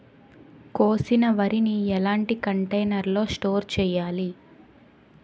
కోసిన వరిని ఎలాంటి కంటైనర్ లో స్టోర్ చెయ్యాలి?